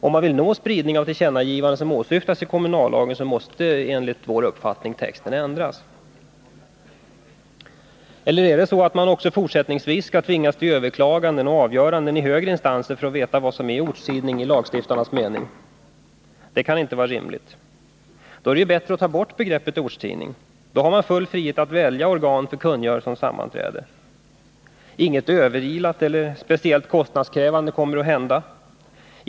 Om man vill nå den spridning av tillkännagivandet som åsyftas i kommunallagen ——— måste texten” — enligt vår uppfattning — ”ändras.” Eller är det så att man också fortsättningsvis skall tvingas till överklaganden och avgöranden i högre instanser för att få veta vilken tidning som är ortstidning i lagstiftarnas mening? Det kan inte vara rimligt. Då är det bättre att ta bort begreppet ortstidning. Då har man full frihet att välja organ för kungörelse om sammanträde. Inget överilat eller speciellt kostnadskrävande kommer att hända.